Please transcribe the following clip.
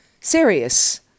serious